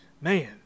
man